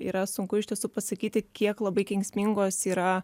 yra sunku iš tiesų pasakyti kiek labai kenksmingos yra